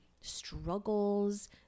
struggles